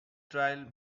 trials